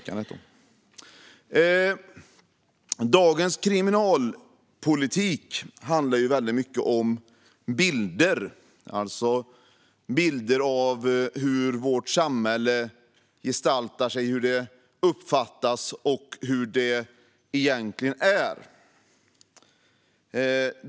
Dagens kriminalpolitik handlar väldigt mycket om bilder av hur vårt samhälle gestaltar sig, hur det uppfattas och hur det egentligen är.